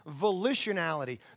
volitionality